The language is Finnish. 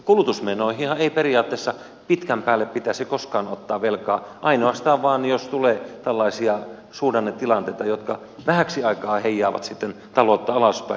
kulutusmenoihinhan ei periaatteessa pitkän päälle pitäisi koskaan ottaa velkaa ainoastaan jos tulee tällaisia suhdannetilanteita jotka vähäksi aikaa heijaavat sitten taloutta alaspäin